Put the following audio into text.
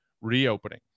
reopening